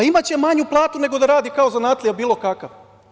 Imaće manju platu nego da radi kao zanatlija bilo kakav.